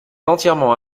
entièrement